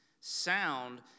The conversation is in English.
Sound